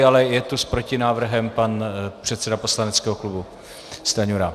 Ale je tu s protinávrhem pan předseda poslaneckého klubu Stanjura.